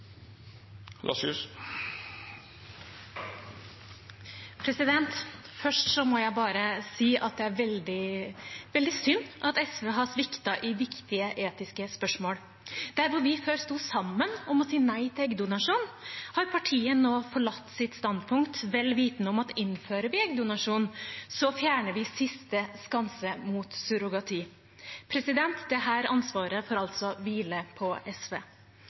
Først må jeg bare si at det er veldig synd at SV har sviktet i viktige etiske spørsmål. Der vi før sto sammen om å si nei til eggdonasjon, har partiet nå forlatt sitt standpunkt, vel vitende om at innfører vi eggdonasjon, fjerner vi siste skanse mot surrogati. Dette ansvaret får altså hvile på SV.